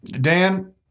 Dan